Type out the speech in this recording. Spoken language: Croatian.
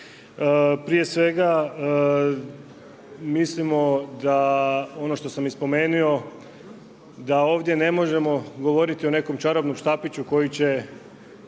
Prije svega mislimo da ono što sam i spomenuo da ovdje ne možemo govoriti o nekom čarobnom štapiću koji će